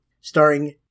starring